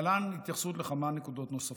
להלן התייחסות לכמה נקודות נוספות: